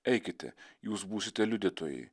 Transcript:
eikite jūs būsite liudytojai